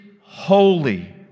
holy